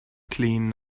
clean